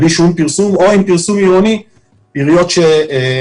בלי כל פרסום או עם פרסום עירוני של עיריות שהרימו